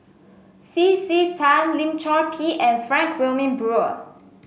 C C Tan Lim Chor Pee and Frank Wilmin Brewer